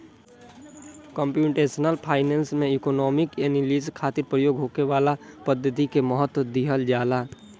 computational finance में economic analysis खातिर प्रयोग होखे वाला पद्धति के महत्व दीहल जाला